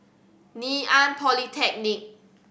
Ngee Ann Polytechnic